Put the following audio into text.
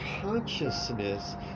consciousness